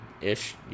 ish